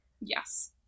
Yes